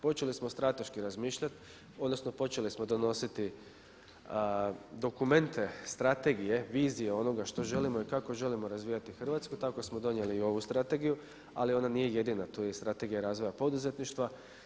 Počeli smo strateški razmišljati odnosno počeli smo donositi dokumente, strategije, vizije onoga što želimo i kako želimo razvijati Hrvatsku tako smo donijeli i ovu strategiju, ali ona nije jedina, tu je i Strategija razvoja poduzetništva.